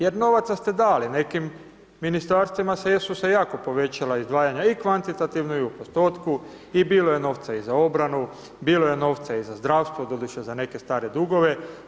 Jer novaca ste dali, nekim ministarstvima su se jako povećala izdvajanja i kvantitativno i u postotku i bilo je novca i za obrana, bilo je novca i za zdravstvo, doduše za neke stare dugove.